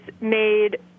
made